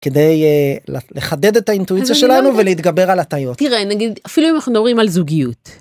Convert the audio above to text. כדי לחדד את האינטואיציה שלנו ולהתגבר על הטעיות. תראה, נגיד אפילו אם אנחנו נוראים על זוגיות.